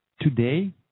today